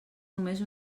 només